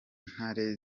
ntare